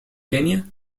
kenia